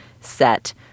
set